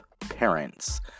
parents